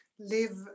live